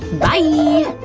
byeeee!